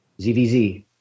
ZVZ